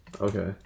Okay